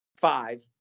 five